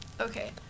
Okay